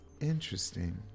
Interesting